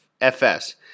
FS